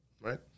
right